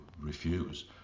refuse